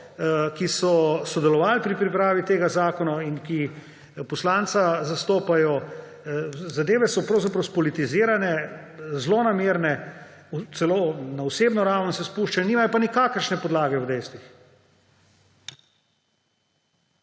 ki so sodelovali pri pripravi tega zakona in ki poslanca zastopajo. Zadeve so pravzaprav spolitizirane, zlonamerne, celo na osebno raven se spuščajo, nimajo pa nikakršne podlage v dejstvih.